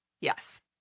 Yes